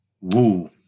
Woo